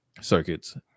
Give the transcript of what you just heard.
circuits